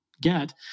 get